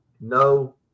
no